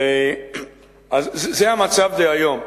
זה המצב דהיום.